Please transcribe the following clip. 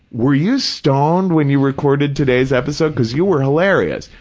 were you stoned when you recorded today's episode, because you were hilarious?